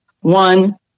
One